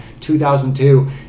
2002